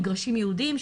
מגרשים ייעודיים,